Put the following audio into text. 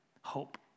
hope